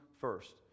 first